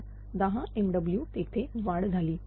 तर 10 MW तेथे वाढ झाली